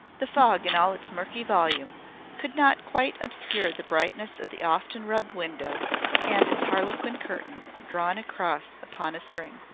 the fog in all its murky volume could not quite obscure the brightness of the often rubbed window and its harlequin curtain drawn across upon a string.